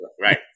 Right